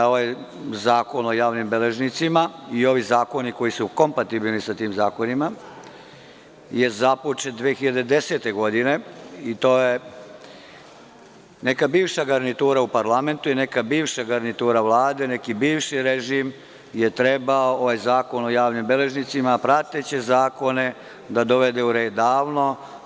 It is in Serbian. Ovaj Zakon o javnim beležnicima, ovi zakoni koji su kompatibilni sa tim zakonima, je započet 2010. godine i neka bivša garnitura u parlamentu, neka bivša garnitura Vlade, neki bivši režim je trebao ovaj zakon o javnim beležnicima, ove prateće zakona da dovede u red davno.